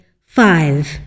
Five